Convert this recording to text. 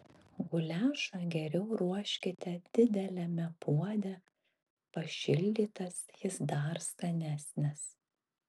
guliašą geriau ruoškite dideliame puode pašildytas jis dar skanesnis